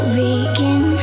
begin